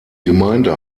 gemeinde